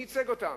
מי ייצג אותם?